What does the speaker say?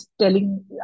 telling